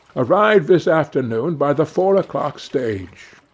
arrived this afternoon by the four o'clock stage.